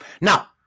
Now